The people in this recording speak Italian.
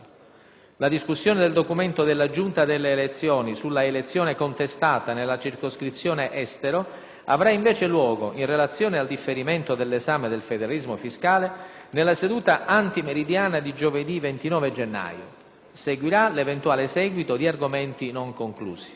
La discussione del documento della Giunta delle elezioni sulla elezione contestata nella Circoscrizione Estero avrà invece luogo, in relazione al differimento dell'esame del federalismo fiscale, nella seduta antimeridiana di giovedì 29 gennaio. Seguirà l'eventuale seguito di argomenti non conclusi.